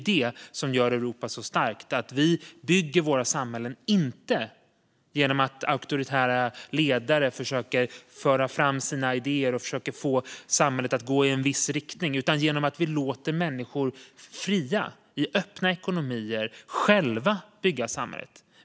Vad som gör Europa så starkt är att vi bygger våra samhällen inte genom att auktoritära ledare för fram sina idéer och försöker få samhället att gå i en viss riktning utan genom att vi låter fria människor i öppna ekonomier själva bygga samhället.